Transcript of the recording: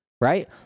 Right